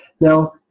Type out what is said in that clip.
Now